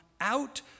out